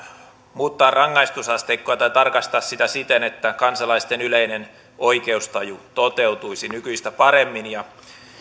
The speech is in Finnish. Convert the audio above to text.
muuttaa rangaistusasteikkoa tai tarkastaa sitä siten että kansalaisten yleinen oikeustaju toteutuisi nykyistä paremmin